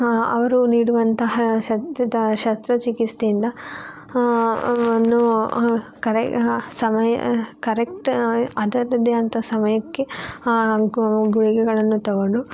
ಅವರು ನೀಡುವಂತಹ ಶಸ್ತ್ರಚಿಕಿತ್ಸೆಯಿಂದ ನೊ ಕರೆ ಸಮಯ ಕರೆಕ್ಟ್ ಅದರದ್ದೇ ಆದ ಅಂಥ ಸಮಯಕ್ಕೆ ಗುಳಿಗೆಗಳನ್ನು ತಗೊಂಡು